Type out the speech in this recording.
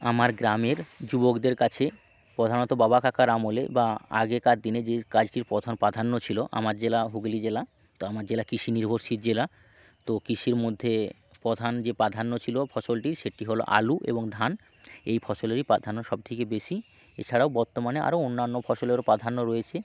আমার গ্রামের যুবকদের কাছে প্রধানত বাবা কাকার আমলে বা আগেকার দিনে যেই কাজটির প্রথম প্রাধান্য ছিলো আমার জেলা হুগলী জেলা তো আমার জেলা কৃষি নির্ভরশীল জেলা তো কৃষির মধ্যে প্রধান যে প্রাধান্য ছিলো ফসলটি সেটি হলো আলু এবং ধান এই ফসলেরই প্রাধান্য সবথেকে বেশি এছাড়াও বত্তমানে আরও অন্যান্য ফসলেরও প্রাধান্য রয়েছে